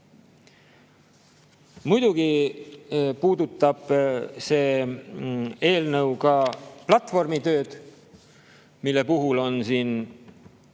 Muidugi puudutab see eelnõu ka platvormitööd, mille puhul on siin